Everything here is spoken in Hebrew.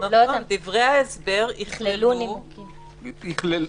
דברי ההסבר יכללו --- נימוקים.